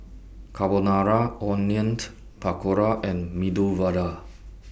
Carbonara Onion Pakora and Medu Vada